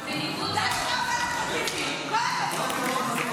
מה זאת אומרת "לא